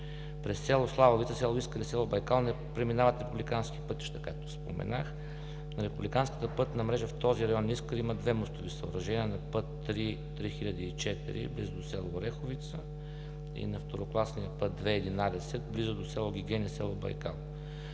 През село Славовица, село Искър и село Байкал не преминават републикански пътища, както споменах. Републиканската пътна мрежа в този район – Искър, има две мостови съоръжения – на път 3.3004, близо до село Ореховица, и на второкласния път 2.11 близо до село Гиген и село Байкал.